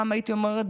פעם הייתי אומרת